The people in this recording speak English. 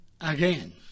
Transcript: Again